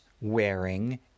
wearing